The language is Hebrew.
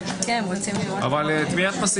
אני רוצה להסביר מה אנחנו